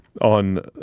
on